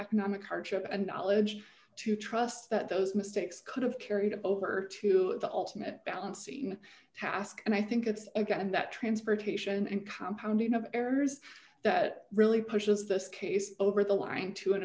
economic hardship and knowledge to trust that those mistakes could have carried over to the ultimate balance even task and i think it's again that transportation and compound errors that really pushes this case over the line to an